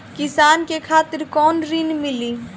किसान के खातिर कौन ऋण मिली?